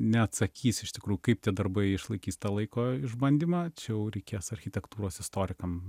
neatsakys iš tikrų kaip tie darbai išlaikys tą laiko išbandymą čia jau reikės architektūros istorikam